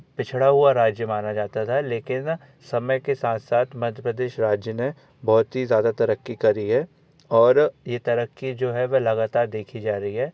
पिछड़ा हुआ राज्य मन जाता था लेकिन समय के साथ साथ मध्य प्रदेश राज्य ने बहुत ही ज़्यादा तरक्की करी है और यह तरक्की जो है वह लगातार देखी जा रही है